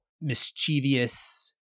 mischievous